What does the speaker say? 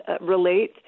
relate